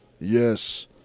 Yes